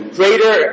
greater